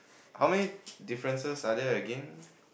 how many differences other again